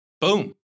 Boom